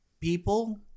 people